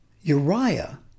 Uriah